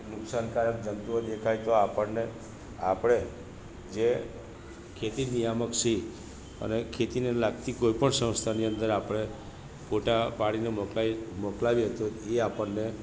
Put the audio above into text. નુકસાનકારક જંતુઓ દેખાય તો આપણને આપણે જે ખેતી નિયામકસી અને ખેતીને લાગતી કોઈપણ સંસ્થાની અંદર આપણે ફોટા પાડીને મોકલાવીએ તો એ આપણને